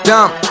Dumb